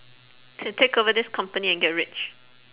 to take over this company and get rich